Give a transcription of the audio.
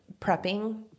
prepping